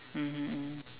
mmhmm mmhmm